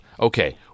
okay